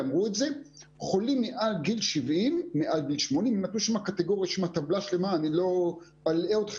אם נגייס חייל בין 17 לא נכניס אותו